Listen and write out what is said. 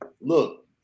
Look